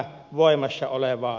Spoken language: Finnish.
arvoisa puhemies